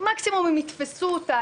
מקסימום הם יתפסו אותה.